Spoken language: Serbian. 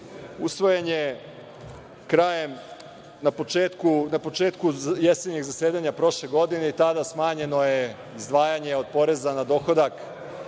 usvojen je na početku jesenjeg zasedanja prošle godine i tada je smanjeno izdvajanje od poreza na dohodak